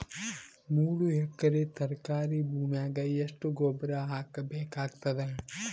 ಮೂರು ಎಕರಿ ತರಕಾರಿ ಭೂಮಿಗ ಎಷ್ಟ ಗೊಬ್ಬರ ಹಾಕ್ ಬೇಕಾಗತದ?